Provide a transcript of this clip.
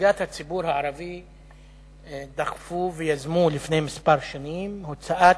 הנהגת הציבור הערבי דחף ויזם לפני כמה שנים הוצאת